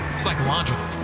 psychological